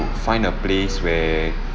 find a place where